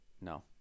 No